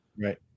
Right